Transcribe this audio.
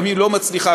לפעמים לא מצליחה,